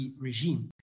regime